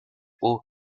aux